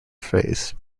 phase